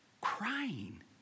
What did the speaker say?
crying